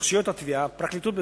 רשויות התביעה, הפרקליטות ובית-משפט,